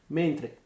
mentre